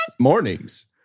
Mornings